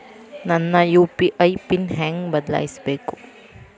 ನನ್ನ UPI pin ಹೆಂಗ್ ಬದ್ಲಾಯಿಸ್ಬೇಕು?